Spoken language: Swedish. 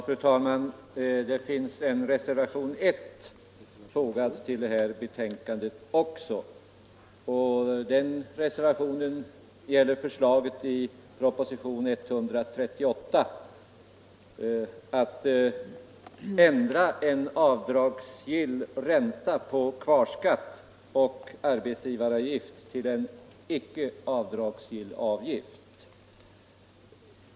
Fru talman! Till förevarande utskottsbetänkande har det också fogats en reservation nr 1, som gäller förslaget i propositionen 138 att ändra en avdragsgill ränta på kvarskatt och arbetsgivaravgift till en icke avdragsgill avgift.